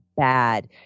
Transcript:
bad